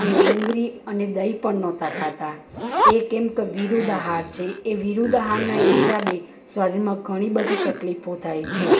અને ડુંગળી અને દહીં પણ નહોતાં ખાતાં એ કેમ કે વિરુદ્ધ આહાર છે એ વિરુદ્ધ આહારનાં હિસાબે શરીરમાં ઘણી બધી તકલીફો થાય છે